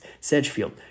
Sedgefield